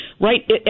right